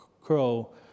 crow